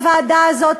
הוועדה הזאת,